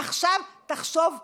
עכשיו תחשוב הלאה,